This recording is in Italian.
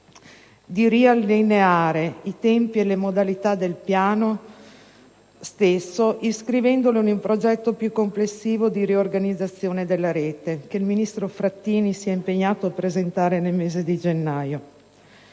di riallineare i tempi e le modalità del piano stesso iscrivendolo in un progetto più complessivo di riorganizzazione della rete che il ministro Frattini si è impegnato a presentare nel mese di gennaio.